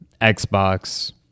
xbox